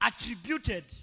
Attributed